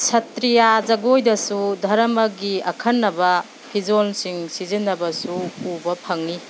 ꯁꯇ꯭ꯔꯤꯌꯥ ꯖꯒꯣꯏꯗꯁꯨ ꯗꯔꯃꯒꯤ ꯑꯈꯟꯅꯕ ꯐꯤꯖꯣꯜꯁꯤꯡ ꯁꯤꯖꯤꯟꯅꯕꯁꯨ ꯎꯕ ꯐꯪꯏ